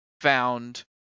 found